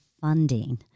funding